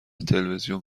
تلویزیون